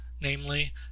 namely